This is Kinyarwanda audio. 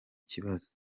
kibazo